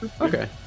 okay